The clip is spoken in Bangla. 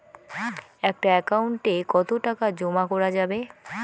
একটা একাউন্ট এ কতো টাকা জমা করা যাবে?